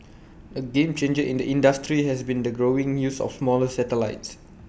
A game changer in the industry has been the growing use of smaller satellites